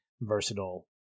versatile